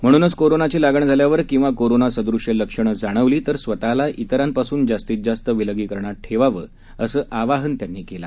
म्हणूनच कोरोनाची लागण झाल्यावर किंवा कोरोनासदृश्य लक्षणं जाणवली तर स्वतःला इतरांपासून जास्तीत जास्त विलगीकरणात ठेवावं असं ते म्हणाले